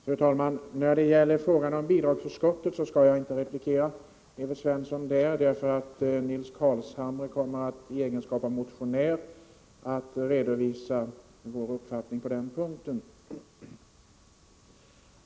Fru talman! När det gäller frågan om bidragsförskott skall jag inte replikera Evert Svensson, därför att Nils Carlshamre i egenskap av motionär kommer att redovisa vår uppfattning på den punkten.